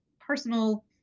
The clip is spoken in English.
personal